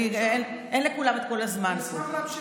אין לכולם את כל הזמן הזה.